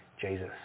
Jesus